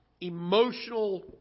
emotional